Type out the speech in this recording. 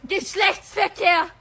Geschlechtsverkehr